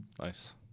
nice